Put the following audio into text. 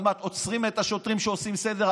עוד מעט עוצרים את השוטרים שעושים סדר.